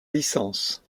licence